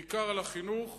בעיקר על החינוך,